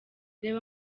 reba